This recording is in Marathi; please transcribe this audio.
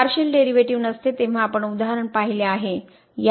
पार्शिअल डेरिव्हेटिव्ह नसते तेव्हा आपण उदाहरण पाहिले आहे